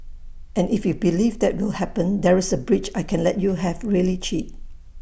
and if you believe that will happen there is A bridge I can let you have really cheap